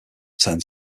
turned